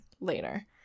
later